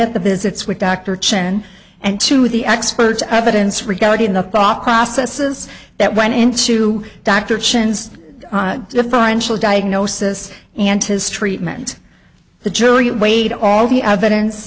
at the visits with dr chen and to the expert evidence regarding the thought processes that went into dr chin's the financial diagnosis and his treatment the jury weighed all the evidence